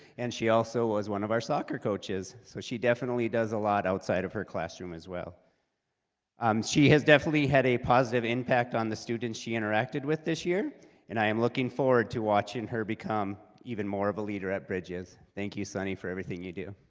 and she also was one of our soccer coaches so she definitely does a lot outside of her classroom as well um she has definitely had a positive impact on the students she interacted with this year and i am looking forward to watching her become even more of a leader at bridges thank you sunni for everything you do